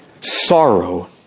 sorrow